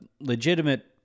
legitimate